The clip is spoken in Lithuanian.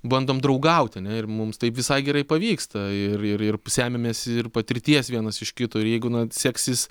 bandom draugaut ane ir mums tai visai gerai pavyksta ir ir ir semiamės patirties vienas iš kito ir jeigu na seksis